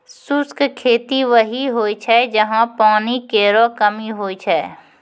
शुष्क खेती वहीं होय छै जहां पानी केरो कमी होय छै